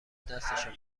دستشان